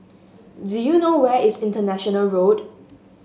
do you know where is International Road